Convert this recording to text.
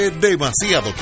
demasiado